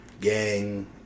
gang